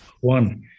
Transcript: One